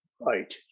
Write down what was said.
right